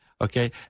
okay